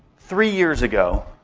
three years ago,